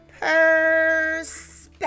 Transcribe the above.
Perspective